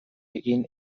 egin